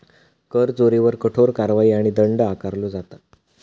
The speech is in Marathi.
कर चोरीवर कठोर कारवाई आणि दंड आकारलो जाता